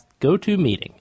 GoToMeeting